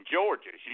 Georgia